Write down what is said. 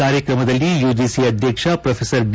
ಕಾರ್ಯಕ್ರಮದಲ್ಲಿ ಯುಜಿಸಿ ಅಧ್ಯಕ್ಷ ಪ್ರೊಡಿ